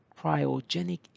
cryogenic